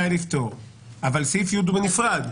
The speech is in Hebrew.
פטורים.